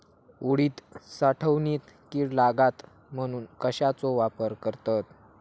उडीद साठवणीत कीड लागात म्हणून कश्याचो वापर करतत?